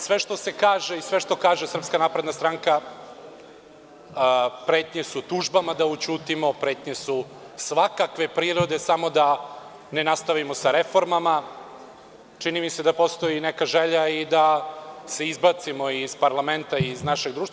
Sve što se kaže i sve što kaže SNS, pretnje su tužbama da ućutimo, pretnje su svakakve prirode, samo da ne nastavimo sa reformama, a čini mi se postoji i neka želja i da se izbacimo iz parlamenta i iz našeg društva.